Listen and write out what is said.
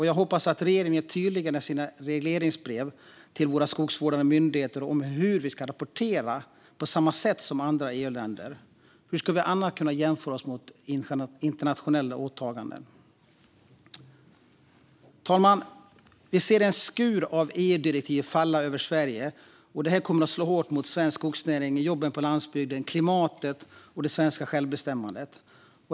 Jag hoppas att regeringen är tydlig i sina regleringsbrev till våra skogsvårdande myndigheter om hur vi ska rapportera på samma sätt som andra EU-länder. Hur ska vi annars kunna jämföra oss mot internationella åtaganden? Fru talman! Vi ser en skur av EU-direktiv falla över Sverige. Det kommer att slå hårt mot svensk skogsnäring, jobben på landsbygden, klimatet och det svenska självbestämmandet.